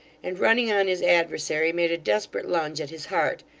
and running on his adversary made a desperate lunge at his heart,